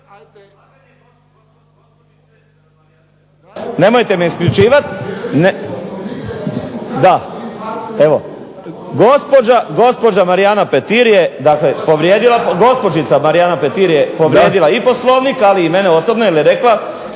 **Burić, Dinko (HDSSB)** Gospođa Marijana Petir je, dakle povrijedila, gospođica Marijana Petir je povrijedila i Poslovnik ali i mene osobno jer je rekla,